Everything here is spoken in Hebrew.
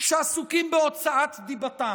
שעסוקים בהוצאת דיבתם,